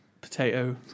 potato